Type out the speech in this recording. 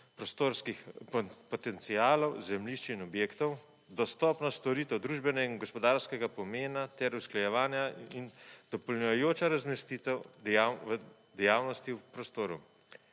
prostorskih potencialov, zemljišč in objektov, dostopnost storitev družbenega in gospodarskega pomena, ter usklajevanja in dopolnjujoča razmestitev v dejavnosti v prostoru.